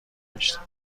داشتیم